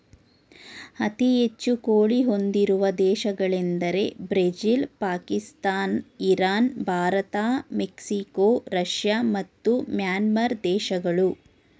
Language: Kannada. ಅತಿ ಹೆಚ್ಚು ಕೋಳಿ ಹೊಂದಿರುವ ದೇಶಗಳೆಂದರೆ Brazil Pakistan Iran Bharat Mexico Russia ಮತ್ತು ಮ್ಯಾನ್ಮಾರ್ ದೇಶಗಳು